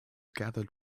gathered